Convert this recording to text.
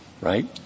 right